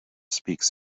speaks